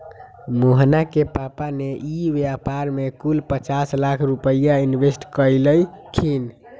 मोहना के पापा ने ई व्यापार में कुल पचास लाख रुपईया इन्वेस्ट कइल खिन